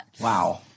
Wow